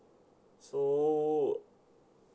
so